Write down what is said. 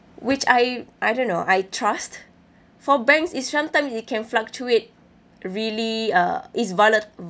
which I I don't know I trust for banks it's sometimes it can fluctuate really uh it's vola~ v~